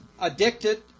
addicted